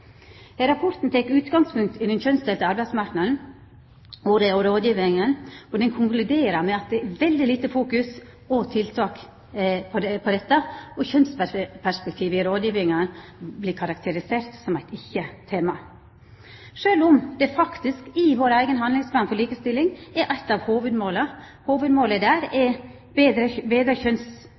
Rapporten tek utgangspunkt i den kjønnsdelte arbeidsmarknaden og rådgjevinga, og han konkluderer med at det er veldig lite fokusering på og tiltak mot dette, og kjønnsperspektivet i rådgjevinga vert karakterisert som eit ikkje-tema, sjølv om det faktisk i vår eigen handlingsplan for likestilling er eit av hovudmåla. Eit av hovudmåla der er